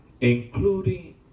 including